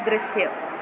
ദൃശ്യം